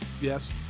Yes